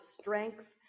strength